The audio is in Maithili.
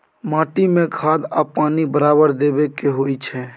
माटी में खाद आ पानी बराबर देबै के होई छै